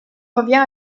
revient